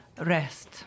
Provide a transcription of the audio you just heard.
Rest